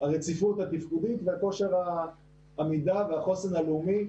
הרציפות התפקודית וכושר העמידה והחוסן הלאומי.